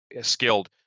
skilled